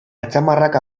atzamarrak